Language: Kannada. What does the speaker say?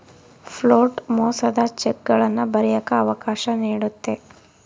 ಫ್ಲೋಟ್ ಮೋಸದ ಚೆಕ್ಗಳನ್ನ ಬರಿಯಕ್ಕ ಅವಕಾಶ ನೀಡುತ್ತೆ